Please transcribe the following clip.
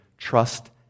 Trust